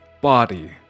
body